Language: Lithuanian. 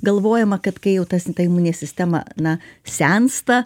galvojama kad kai jau tas ta imuninė sistema na sensta